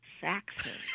Saxons